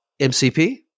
MCP